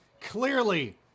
clearly